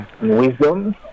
wisdom